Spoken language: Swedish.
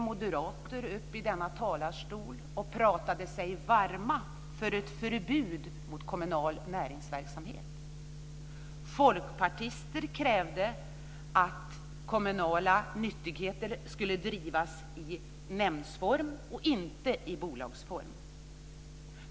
Moderater klev upp i denna talarstol och pratade sig varma för ett förbud mot kommunal näringsverksamhet. Folkpartister krävde att kommunala nyttigheter skulle drivas i nämndform och inte i bolagsform.